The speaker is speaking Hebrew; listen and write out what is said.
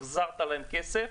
החזרת להן כסף,